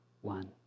one